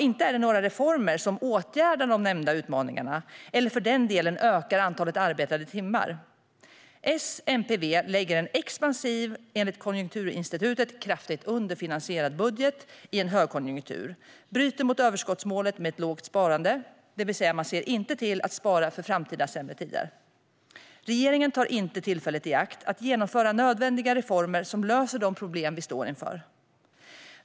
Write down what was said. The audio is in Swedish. Inte är det några reformer som åtgärdar de nämnda utmaningarna eller som för den delen ökar antalet arbetade timmar. S-MP-V lägger en expansiv, enligt Konjunkturinstitutet kraftigt underfinansierad, budget i en högkonjunktur och bryter mot överskottsmålet med ett lågt sparande. Man ser alltså inte till att spara för sämre tider. Regeringen tar inte tillfället i akt att genomföra nödvändiga reformer som löser de problem vi står inför.